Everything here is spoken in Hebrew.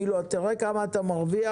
כאילו, תראה כמה אתה מרוויח.